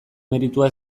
meritua